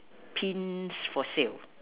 pints for sale